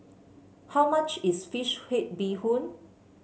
how much is fish head Bee Hoon